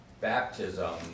baptism